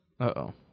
Uh-oh